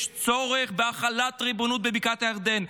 יש צורך בהחלת ריבונות בבקעת הירדן.